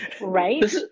Right